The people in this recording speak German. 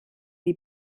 die